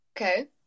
Okay